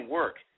work